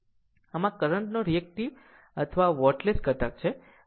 આ કરંટ નો રીએક્ટીવ અથવા વોટલેસ wattless ઘટક છે